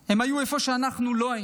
הם היו איפה שאנחנו לא היינו,